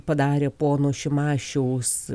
padarė pono šimašiaus